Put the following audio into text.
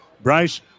Bryce